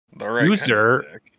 User